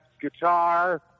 guitar